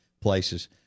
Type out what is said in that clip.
places